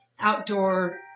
outdoor